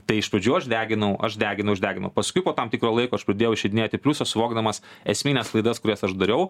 tai iš pradžių aš deginau aš deginau aš deginau paskui po tam tikro laiko aš padėjau išeidinėt į pliusą suvokdamas esmines klaidas kurias aš dariau